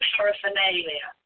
Paraphernalia